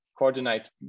coordinate